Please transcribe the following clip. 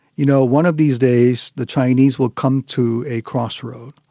you know, one of these days the chinese will come to a crossroad.